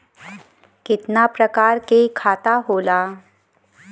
कितना प्रकार के खाता होला?